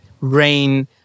rain